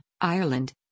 Ireland